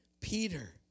Peter